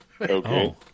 Okay